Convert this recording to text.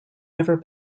never